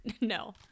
No